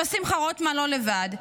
אבל שמחה רוטמן לא לבד.